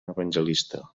evangelista